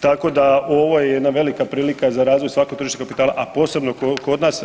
Tako da ovo je jedna velika prilika za razvoj … tržišta kapitala, a posebno kod nas.